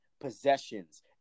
possessions